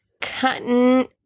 Cutting